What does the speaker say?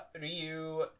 Ryu